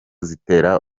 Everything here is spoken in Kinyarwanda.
zitera